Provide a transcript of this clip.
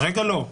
כרגע לא.